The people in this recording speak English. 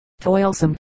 toilsome